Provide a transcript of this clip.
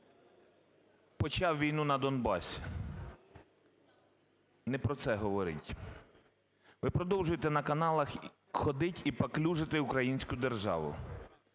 почав війну на Донбасі – не про це говоріть. Ви продовжуєте на каналах ходить і паплюжити українську державу.